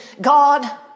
God